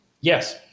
Yes